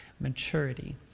maturity